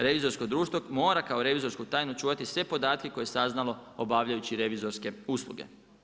Revizorsko društvo mora kao revizorsku tajnu čuvati sve podatke koje je saznalo obavljajući revizorske usluge.